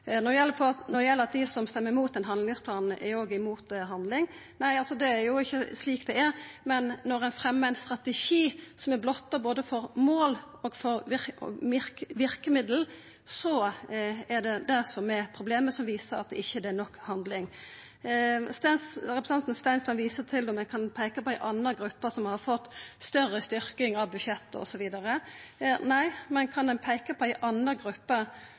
Når det gjeld det at dei som stemmer imot ein handlingsplan, òg er imot handling: Nei, det er ikkje slik det er, men når ein fremjar ein strategi som er blotta både for mål og for verkemiddel, er det det som er problemet – det viser at det ikkje er nok handling. Representanten Stensland spør om eg kan peika på ei anna gruppe som har fått større styrking av budsjettet osv. Nei, men kan ein peika på ei anna